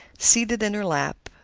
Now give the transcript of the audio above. seated in her lap,